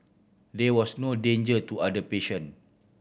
there was no danger to other patient